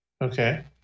Okay